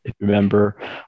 remember